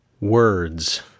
words